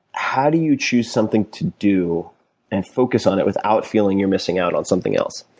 how do you choose something to do and focus on it without feeling you're missing out on something else?